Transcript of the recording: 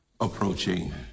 approaching